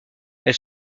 elle